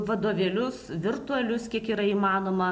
vadovėlius virtualius kiek yra įmanoma